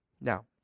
Now